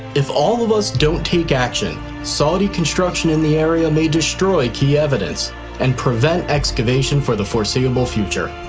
if all of us don't take action, saudi construction in the area may destroy key evidence and prevent excavation for the foreseeable future.